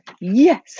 yes